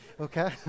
Okay